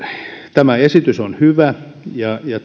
tämä esitys on hyvä ja